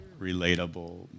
relatable